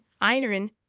iron